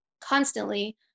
constantly